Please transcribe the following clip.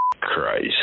Christ